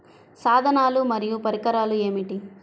సాధనాలు మరియు పరికరాలు ఏమిటీ?